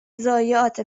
ضایعات